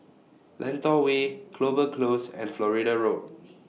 Lentor Way Clover Close and Florida Road